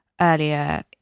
earlier